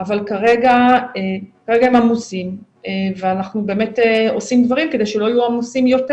אבל כרגע הם עמוסים ואנחנו באמת עושים דברים כדי שלא יהיו עמוסים יותר.